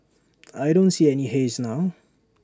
I don't see any haze now